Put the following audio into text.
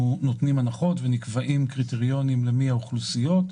הנחות ונקבעים קריטריונים מי האוכלוסיות,